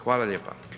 Hvala lijepa.